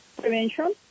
prevention